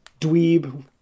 dweeb